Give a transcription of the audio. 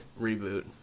Reboot